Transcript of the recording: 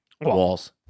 Walls